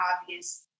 obvious